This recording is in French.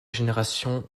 génération